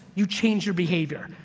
you change your behavior,